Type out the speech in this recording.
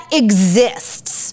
exists